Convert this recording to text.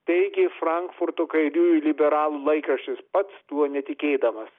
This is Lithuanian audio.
teigė frankfurto kairiųjų liberalų laikraštis pats tuo netikėdamas